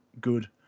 Good